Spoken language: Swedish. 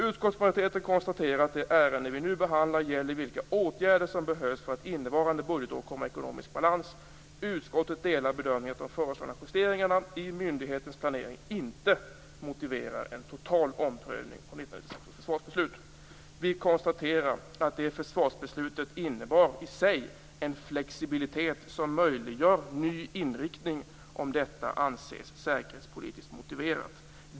Utskottsmajoriteten konstaterar att det ärende vi nu behandlar gäller vilka åtgärder som behövs för att innevarande budgetår komma i ekonomisk balans. Utskottet delar bedömningen att de föreslagna justeringarna i myndighetens planering inte motiverar en total omprövning av 1996 års försvarsbeslut. Vi konstaterar att det försvarsbeslutet i sig innebar en flexibilitet som möjliggör ny inriktning om detta anses säkerhetspolitiskt motiverat.